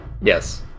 Yes